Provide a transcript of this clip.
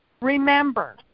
remember